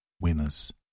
Winners